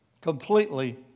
Completely